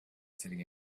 sitting